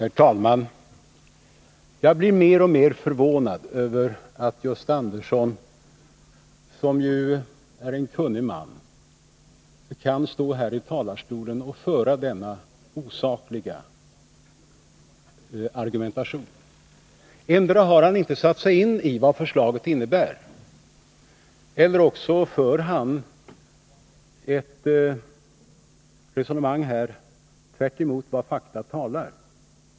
Herr talman! Jag blir mer och mer förvånad över att Gösta Andersson, som ju är en kunnig man, kan stå här i talarstolen och föra denna osakliga argumentation. Endera har han inte satt sig in i vad förslaget innebär, eller också för han ett resonemang här tvärtemot vad fakta talar.